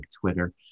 Twitter